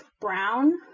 brown